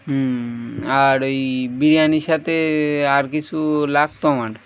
হুম আর ওই বিরিয়ানির সাথে আর কিছু লাগতো আমার